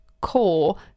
core